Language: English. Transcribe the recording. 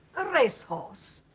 a racehorse?